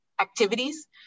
activities